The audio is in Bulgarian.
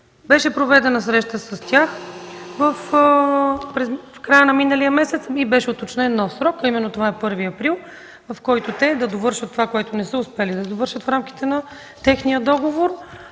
Беше проведена среща с тях в края на миналия месец и беше уточнен нов срок, а именно това е 1 април, в който те да довършат това, което не са успели да довършат в рамките на техния договор,